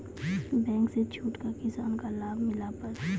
Bank से छूट का किसान का लाभ मिला पर?